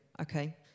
Okay